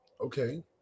okay